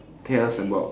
tell us about